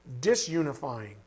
disunifying